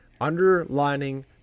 Underlining